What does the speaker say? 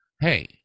Hey